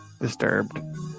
Disturbed